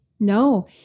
No